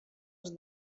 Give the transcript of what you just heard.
els